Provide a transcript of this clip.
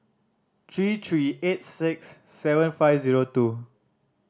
three three eight six seven five zero two